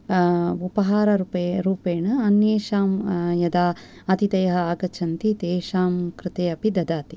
उपहार रूपेण अन्येषां यदा अथितय आगच्छन्ति तेषां कृते अपि ददाति